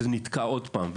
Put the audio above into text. שזה נתקע עוד פעם,